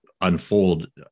unfold